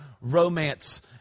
romance